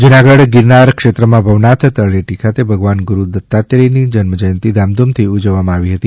જુનાગઢ ગીરનાર ક્ષેત્રમાં ભવનાથ તળેટી ખાતે ભગવાન ગુરૂ દત્તાત્રેયની જન્મજયંતિ ધામધૂમથી ઉજવવામાં આવી હતી